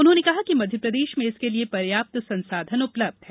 उन्होंने कहा कि मध्यप्रदेश में इसके लिये पर्याप्त संसाधन उपलब्य है